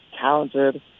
talented